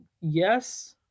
yes